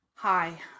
Hi